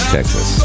Texas